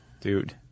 dude